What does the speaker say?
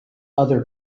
other